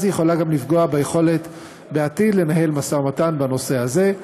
היא יכולה גם לפגוע בעתיד לנהל משא-ומתן בנושא הזה.